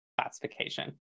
classification